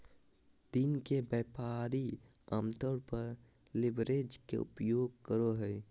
दिन के व्यापारी आमतौर पर लीवरेज के उपयोग करो हइ